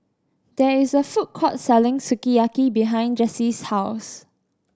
there is a food court selling Sukiyaki behind Jessye's house